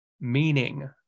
meaning